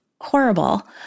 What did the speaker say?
horrible